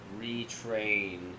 retrain